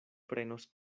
prenos